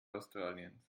australiens